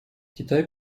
китай